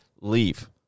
leave